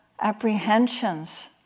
apprehensions